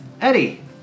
Eddie